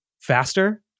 faster